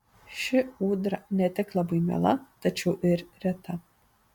ši ūdra ne tik labai miela tačiau ir reta